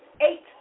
eight